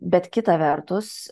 bet kita vertus